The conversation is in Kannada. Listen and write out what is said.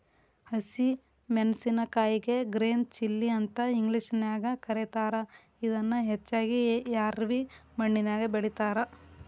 ಹಸಿ ಮೆನ್ಸಸಿನಕಾಯಿಗೆ ಗ್ರೇನ್ ಚಿಲ್ಲಿ ಅಂತ ಇಂಗ್ಲೇಷನ್ಯಾಗ ಕರೇತಾರ, ಇದನ್ನ ಹೆಚ್ಚಾಗಿ ರ್ಯಾವಿ ಮಣ್ಣಿನ್ಯಾಗ ಬೆಳೇತಾರ